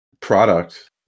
product